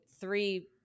three